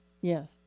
Yes